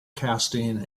casting